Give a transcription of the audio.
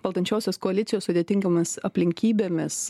valdančiosios koalicijos sudėtingomis aplinkybėmis